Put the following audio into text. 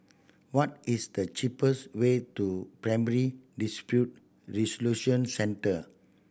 what is the cheapest way to Primary Dispute Resolution Centre